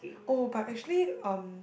oh but actually um